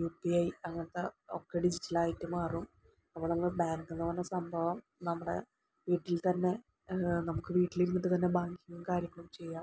U P I അങ്ങനത്തെ ഒക്കെ ഡിജിറ്റലായിട്ട് മാറും നമ്മള് ബാങ്കെന്ന് പറയുന്ന സംഭവം നമ്മുടെ വീട്ടിൽ തന്നെ നമുക്ക് വീട്ടിലിരുന്നിട്ട് തന്നെ ബാങ്കിങ്ങും കാര്യങ്ങളും ചെയ്യാം